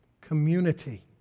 community